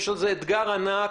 זה אתגר ענק.